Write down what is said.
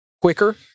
quicker